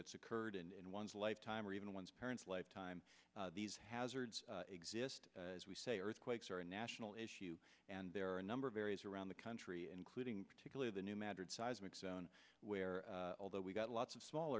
that's occurred in one's lifetime or even one's parents lifetime these hazards exist as we say earthquakes are a national issue and there are a number of areas around the country including particularly the new mattered seismic zone where although we've got lots of small